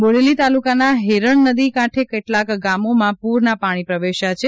બોડલી તાલુકાના હેરણ નદી કાંઠે કેટલાંક ગામોમાં પૂરના પાણી પ્રવેશ્યા છે